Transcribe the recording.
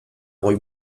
goi